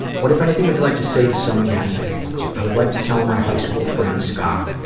what, if anything, would you like to say to someone you haven't been able to? i would like to tell my high school friend scott,